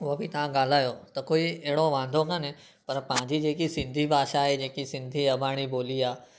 उहा बि तव्हां ॻाल्हायो त कोई अहिड़ो वांदो कान्हे पर पंहिंजी जेकी सिंधी भाषा आहे जेकी सिंधी अबाणी ॿोली आहे